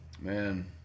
man